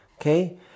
Okay